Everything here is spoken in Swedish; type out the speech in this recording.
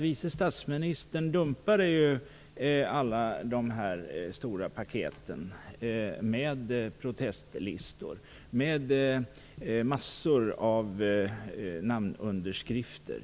Vice statsministern dumpade ju alla de stora paketen med protestlistor. Det var massor av namnunderskrifter.